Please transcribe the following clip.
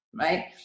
right